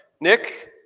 Nick